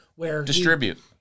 distribute